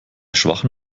schwachem